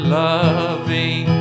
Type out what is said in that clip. loving